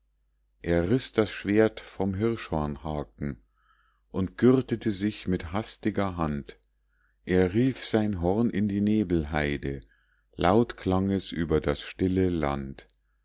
er riß das schwert vom hirschhornhaken und gürtete sich mit hastiger hand es rief sein horn in die nebelheide laut klang es über das stille land